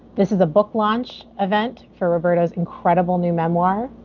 this is a book lunch event for roberto's incredible new memoir.